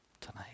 tonight